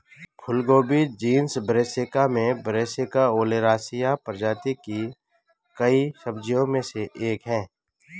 फूलगोभी genus Brassica में Brassica oleracea प्रजाति की कई सब्जियों में से एक है